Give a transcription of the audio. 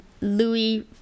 Louis